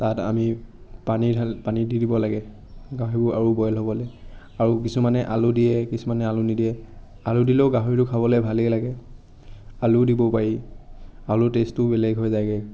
তাত আমি পানী ঢালি পানী দি দিব লাগে গাহৰিবোৰ আৰু বইল হ'বলৈ আৰু কিছুমানে আলু দিয়ে কিছুমানে আলু নিদিয়ে আলু দিলেও গাহৰিটো খাবলৈ ভালেই লাগে আলুও দিব পাৰি আলুৰ টেষ্টটোও বেলেগ হৈ যায়গে